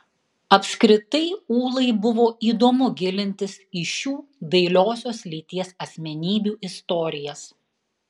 apskritai ūlai buvo įdomu gilintis į šių dailiosios lyties asmenybių istorijas